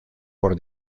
por